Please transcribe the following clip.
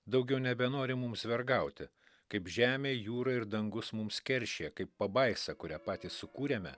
daugiau nebenori mums vergauti kaip žemė jūra ir dangus mums keršija kaip pabaisa kurią patys sukūrėme